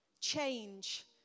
Change